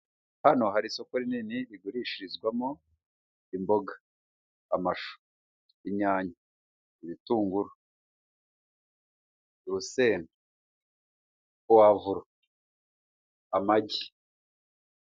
Hano hari isoko rinini rigurishirizwamo imboga. Amashu. Inyanya. Ibitunguru. Urusenda. Puwavuro. Amagi.